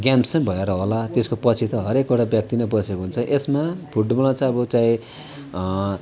games चाहिँ भएर होला त्यसको पछि त हरेकवटा व्यक्ति नै बसेको हुन्छ यसमा फुटबलमा चाहिँ अब चाहे